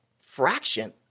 fraction